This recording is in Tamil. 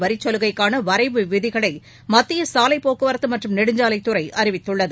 வரிச்சலுகைக்கான வரைவு விதிகளை மத்திய சாலை போக்குவரத்து மற்றும் நெடுஞ்சாலைத்துறை அறிவித்துள்ளது